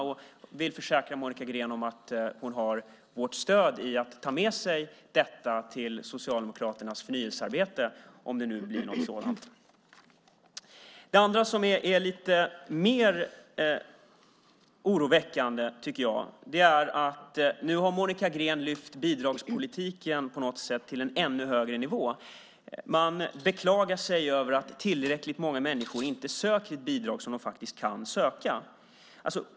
Jag vill försäkra Monica Green om att hon har vårt stöd i att ta med sig detta till Socialdemokraternas förnyelsearbete, om det nu blir något sådant. Det andra är lite mer oroväckande. Det är att Monica Green på något sätt lyft bidragspolitiken till en ännu högre nivå. Man beklagar sig över att inte tillräckligt många människor söker ett bidrag som de faktiskt kan söka.